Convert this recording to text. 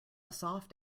soft